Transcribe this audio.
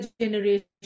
generation